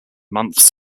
months